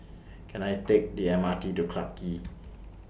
Can I Take The M R T to Clarke Quay